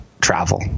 travel